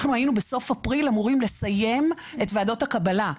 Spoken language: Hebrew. אנחנו היינו בסוף אפריל אמורים לסיים את ועדות הקבלה.